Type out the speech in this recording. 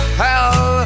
hell